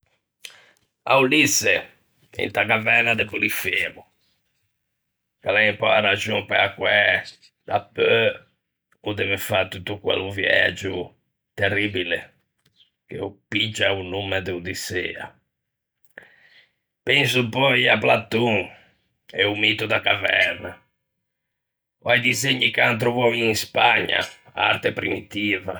À Ulisse inta caverna de Polifemo, che l'é un pö a raxon pe-a quæ dapeu o deve fâ tutto quello viægio terribile che o piggia o nomme de Odissea. Penso pöi à Platon e o mito da caverna; ò a-i disegni che an trovou in Spagna, arte primitiva.